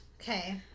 okay